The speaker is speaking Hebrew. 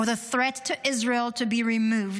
for the threats to Israel to be removed,